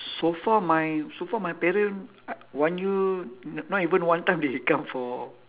so far my so far my parent one year not even one time they come for